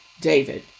David